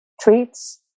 treats